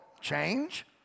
Change